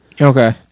Okay